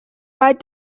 wide